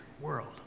world